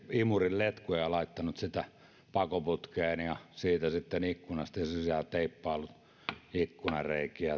imurin letkua ja laittanut sitä pakoputkeen ja siitä sitten ikkunasta sisään ja teippaillut ikkunanreikiä